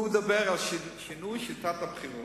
הוא מדבר על שינוי שיטת הבחירות,